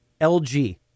LG